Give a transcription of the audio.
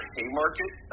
Haymarket